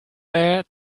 there